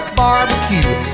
barbecue